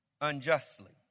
unjustly